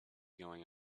going